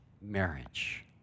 marriage